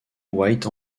white